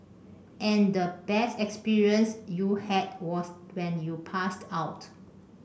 and the best experience you had was when you passed out